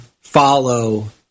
follow